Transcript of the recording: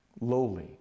lowly